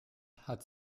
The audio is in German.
hat